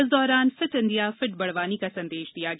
इस दौरान fit India fit Barwani का संदेश दिया गया